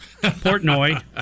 Portnoy